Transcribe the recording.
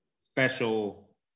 special